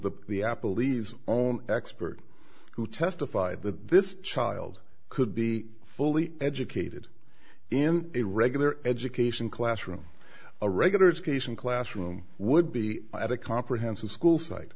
the the apple e's own expert who testified that this child could be fully educated in a regular education classroom a regular education classroom would be at a comprehensive school site